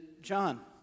John